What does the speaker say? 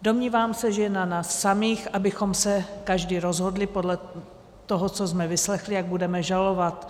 Domnívám se, že je na nás samých, abychom se každý rozhodli podle toho, co jsme vyslechli, jak budeme hlasovat.